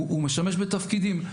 הוא משמש בתפקידים.